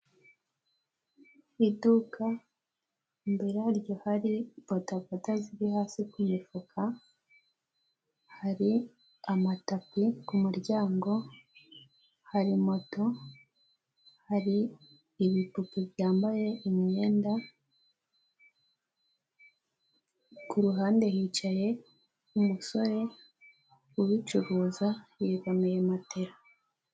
Iduka imbere yaryo hari bodaboda ziri hasi ku mifuka, hari amatapi ku muryango hari moto, hari ibipupe byambaye imyenda, ku ruhande hicaye umusore ubicuruza, yegamiye matela.